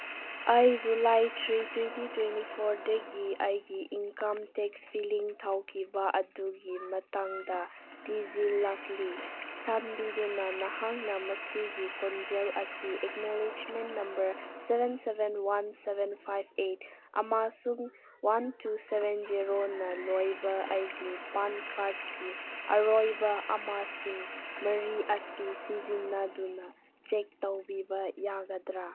ꯑꯩ July three twenty twenty ꯐꯣꯔꯗꯒꯤ ꯑꯩꯒꯤ ꯏꯟꯀꯝ ꯇꯦꯛꯁ ꯐꯤꯂꯤꯡ ꯇꯧꯈꯤꯕ ꯑꯗꯨꯒꯤ ꯃꯇꯥꯡꯗ ꯊꯤꯖꯤꯜꯂꯛꯂꯤ ꯆꯥꯟꯕꯤꯗꯨꯅ ꯅꯍꯥꯛꯅ ꯃꯁꯤꯒꯤ ꯈꯣꯡꯖꯦꯜ ꯑꯁꯤ acknowledgement number seven seven one seven five eight ꯑꯃꯁꯨꯡ ꯋꯥꯟ ꯇꯨ ꯁꯚꯦꯟ ꯖꯦꯔꯣꯅ ꯂꯣꯏꯕ ꯑꯩꯒꯤ ꯄꯥꯟ ꯀꯥꯔꯠꯀꯤ ꯑꯔꯣꯏꯕ ꯃꯁꯤꯡ ꯃꯔꯤ ꯑꯁꯤ ꯁꯤꯖꯤꯟꯅꯗꯨꯅ ꯆꯦꯛ ꯇꯧꯕꯤꯕ ꯌꯥꯒꯗ꯭ꯔꯥ